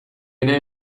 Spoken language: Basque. ere